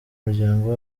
muryango